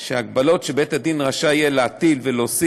ההגבלות שבית-הדין יהיה רשאי להוסיף ולהטיל